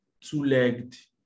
Two-legged